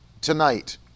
tonight